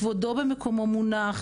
כבודו במקומו מונח,